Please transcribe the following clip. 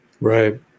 right